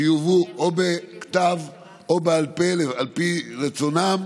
שתובא או בכתב או בעל פה, על פי רצונם,